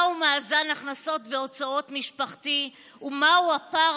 מהו מאזן הכנסות והוצאות משפחתי ומהו הפער